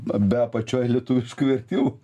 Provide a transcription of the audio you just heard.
be apačioj lietuviškų vertimų